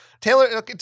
Taylor